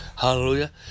hallelujah